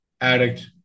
addict